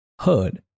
heard